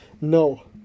no